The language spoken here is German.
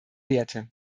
werte